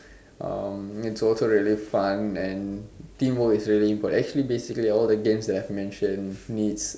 in total really fun and teamwork is really and actually basically all the games that I have mentions needs